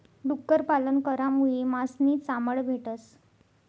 डुक्कर पालन करामुये मास नी चामड भेटस